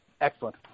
Excellent